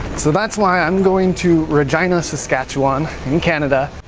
so, that's why i'm going to regina, saskatchewan, in canada,